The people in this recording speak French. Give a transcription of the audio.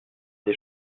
des